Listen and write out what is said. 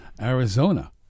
Arizona